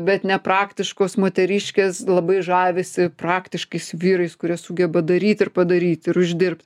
bet nepraktiškos moteriškės labai žavisi praktiškais vyrais kurie sugeba daryt ir padaryt ir uždirbt